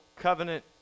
covenant